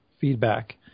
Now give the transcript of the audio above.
feedback